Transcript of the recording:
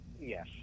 Yes